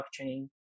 blockchain